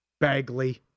Bagley